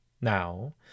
Now